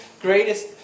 greatest